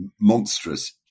monstrous